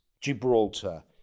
Gibraltar